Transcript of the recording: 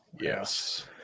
Yes